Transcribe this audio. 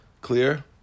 clear